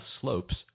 slopes